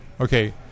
Okay